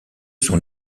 sont